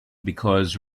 because